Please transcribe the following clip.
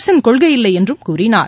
அரசின் கொள்கையில்லை என்றும் கூறினார்